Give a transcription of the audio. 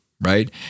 right